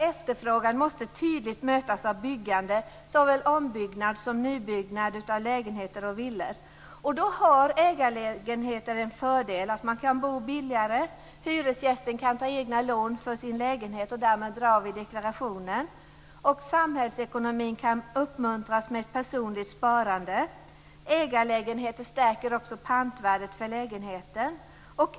Efterfrågan måste tydligt mötas av byggande, såväl ombyggnad som nybyggnad av lägenheter och villor. Då har ägarlägenheter en fördel. Man kan bo billigare. Hyresgästen kan ta egna lån för sin lägenhet och därmed göra avdrag i deklarationen. Samhällsekonomin kan uppmuntras med ett personligt sparande. Ägarlägenheter stärker också pantvärdet för lägenheten.